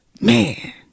man